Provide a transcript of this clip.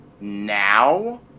now